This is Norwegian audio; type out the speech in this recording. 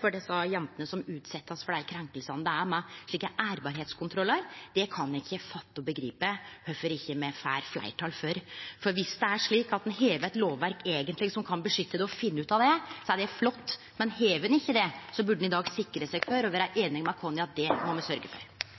for dei jentene som blir utsette for krenkinga det er med slike ærbarheitskontrollar, kan eg ikkje fatte og begripe kvifor me ikkje får fleirtal for det. Viss det er slik at ein eigentleg har eit lovverk som kan beskytte mot det, og finn ut av det, er det flott, men har ein ikkje det, burde ein i dag sikre seg det og vere einige med oss i at det må me sørgje for.